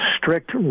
strict